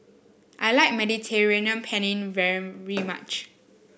I like Mediterranean Penne very much